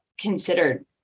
considered